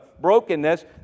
brokenness